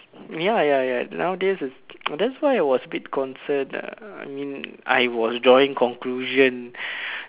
ya ya ya nowadays is that why I was a bit concerned lah I mean I was drawing conclusion